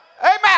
amen